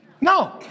no